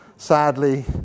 Sadly